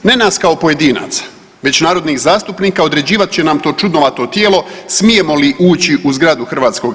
Ne nas kao pojedinaca već narodnih zastupnika određivat će nam to čudnovato tijelo smijemo li ući u zgradu HS.